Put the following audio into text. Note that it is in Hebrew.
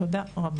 תודה רבה.